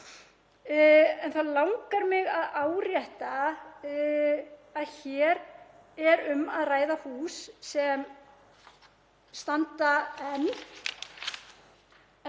En þá langar mig að árétta að hér er um að ræða hús sem standa enn